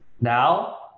now